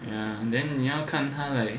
and then 你要看他 like